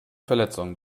verletzungen